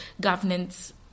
governance